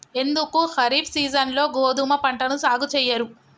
ఎందుకు ఖరీఫ్ సీజన్లో గోధుమ పంటను సాగు చెయ్యరు?